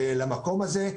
למקום הזה,